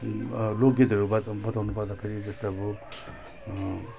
लोकगीतहरू बताउनु पर्दाखेरि जस्तै अब